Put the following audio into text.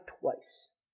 twice